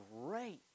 great